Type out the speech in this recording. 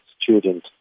student